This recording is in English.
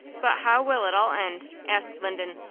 but how will it all end? asked linden,